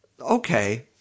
okay